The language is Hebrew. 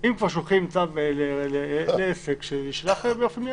אם כבר שולחים צו לעסק, שישלח באופן מיידי.